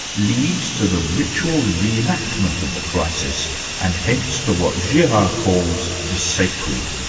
leads to the ritual re-enactment of the crisis and hence to what girard calls the sacred.